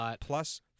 Plus